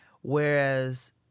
Whereas